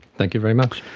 thank you very much.